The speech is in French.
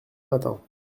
matin